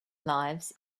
lives